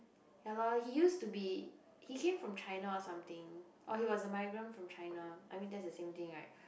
ya loh he used to be he came from China or something or he was a migrant from China I mean that's the same thing right